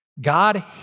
God